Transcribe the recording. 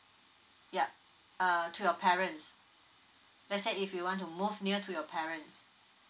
ya err to your parents let's say if you want to move near to your parents